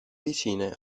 vicine